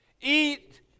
Eat